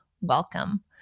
welcome